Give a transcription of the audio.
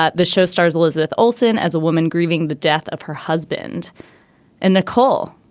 ah the show stars elizabeth olsen as a woman grieving the death of her husband and nicole.